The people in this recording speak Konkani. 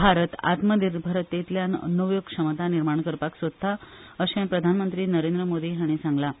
भारत आत्मनिर्भरेंतल्यान नव्यो क्षमता निर्माण करपाक सोदता अशें प्रधानमंत्री नरेंद्र मोदी हांणी सांगलां